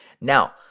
Now